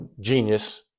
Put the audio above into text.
genius